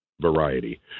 variety